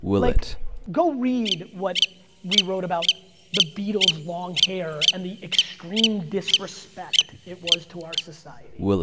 like go read what we wrote about the beatles' long hair and the extreme disrespect it was to our society.